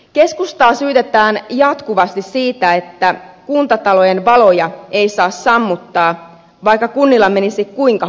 keskustaa syytetään jatkuvasti siitä että kuntatalojen valoja ei saa sammuttaa vaikka kunnilla menisi kuinka huonosti